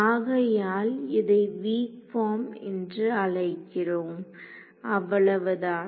ஆகையால் இதை weak form என்று அழைக்கிறோம் அவ்வளவுதான்